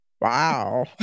Wow